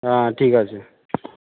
হ্যাঁ ঠিক আছে